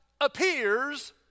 appears